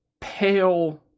pale